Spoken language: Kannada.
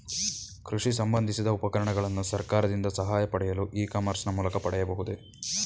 ಕೃಷಿ ಸಂಬಂದಿಸಿದ ಉಪಕರಣಗಳನ್ನು ಸರ್ಕಾರದಿಂದ ಸಹಾಯ ಪಡೆಯಲು ಇ ಕಾಮರ್ಸ್ ನ ಮೂಲಕ ಪಡೆಯಬಹುದೇ?